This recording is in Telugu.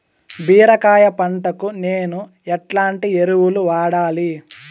బీరకాయ పంటకు నేను ఎట్లాంటి ఎరువులు వాడాలి?